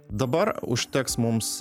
dabar užteks mums